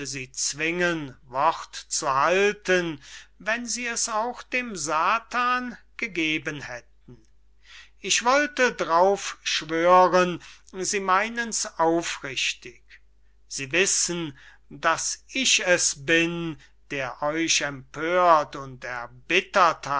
sie zwingen wort zu halten wenn sie es auch dem satan gegeben hätten wer würde ihnen in zukunft noch glauben beymessen wie würden sie je einen zweyten gebrauch davon machen können ich wollte darauf schwören sie meinens aufrichtig sie wissen daß ich es bin der euch empört und erbittert